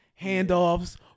handoffs